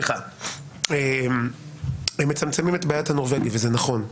הם מצמצמים את בעיית הנורבגים, וזה נכון.